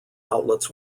outlets